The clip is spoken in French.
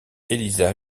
elisa